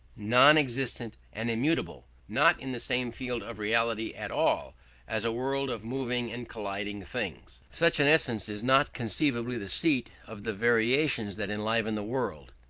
non-existent and immutable, not in the same field of reality at all as a world of moving and colliding things. such an essence is not conceivably the seat of the variations that enliven the world.